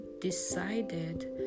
decided